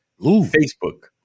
Facebook